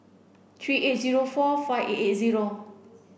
three eight zero four five eight eight zero